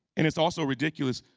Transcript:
and it's also ridiculous.